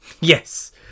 Yes